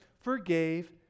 forgave